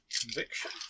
Conviction